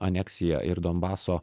aneksija ir donbaso